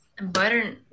Butter